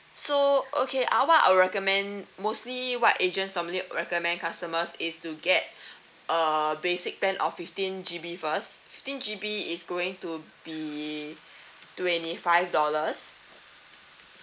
so okay uh what I'll recommend mostly what agents normally recommend customers is to get a basic plan of fifteen G_B first fifteen G_B is going to be twenty five dollars